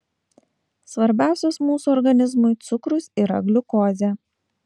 svarbiausias mūsų organizmui cukrus yra gliukozė